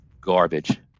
garbage